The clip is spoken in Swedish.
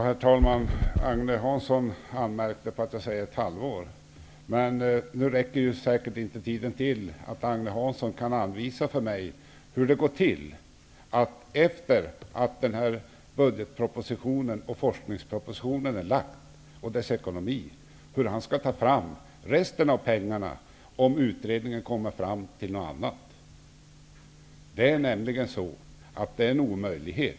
Herr talman! Agne Hansson anmärkte på att jag talade om ett halvår. Nu räcker nog inte tiden till för Agne Hansson att förklara för mig hur han, efter det att budgetpropositionen och forskningspropositionen har lagts fram, skall ta fram resten av pengarna, om utredningen kommer fram till något annat. Det är nämligen en omöjlighet.